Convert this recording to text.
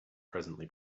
presently